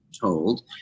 told